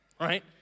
right